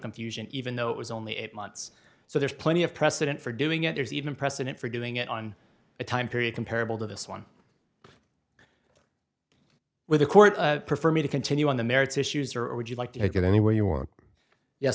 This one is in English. confusion even though it was only eight months so there's plenty of precedent for doing it there's even precedent for doing it on a time period comparable to this one where the court prefer me to continue on the merits issues or would you like to take it anywhere you want yes